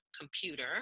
computer